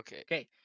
Okay